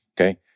Okay